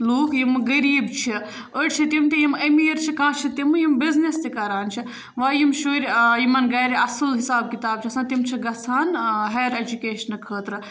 لوٗکھ یِمہٕ غریٖب چھِ أڑۍ چھِ تِم تہِ یِم أمیٖر چھِ کانٛہہ چھِ تِمہٕ یِم بِزنِس تہِ کَران چھِ وۄنۍ یِم شُرۍ یِمَن گَرِ اَصٕل حِساب کِتاب چھِ آسان تِم چھِ گژھان ہایَر اٮ۪جوکیشنہٕ خٲطرٕ